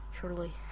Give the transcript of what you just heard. surely